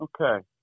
Okay